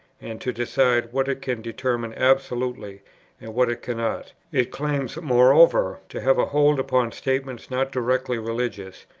and to decide what it can determine absolutely and what it cannot. it claims, moreover, to have a hold upon statements not directly religious,